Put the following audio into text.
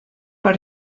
per